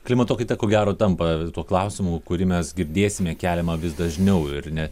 klimato kaita ko gero tampa tuo klausimu kurį mes girdėsime keliamą vis dažniau ir ne